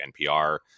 NPR